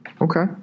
okay